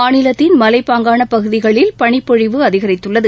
மாநிலத்தின் மலைப்பாங்கான பகுதிகளில் பனிப்பொழிவு அதிகரித்துள்ளது